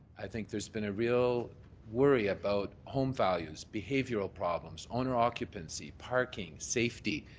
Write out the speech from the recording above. i think there's been a real worry about home values, behavioural problems, owner occupancy, parking, safety.